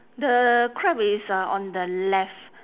the crab is uh on the left